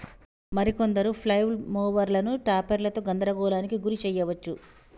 మరి కొందరు ఫ్లైల్ మోవరులను టాపెర్లతో గందరగోళానికి గురి శెయ్యవచ్చు